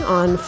on